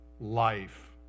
life